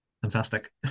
Fantastic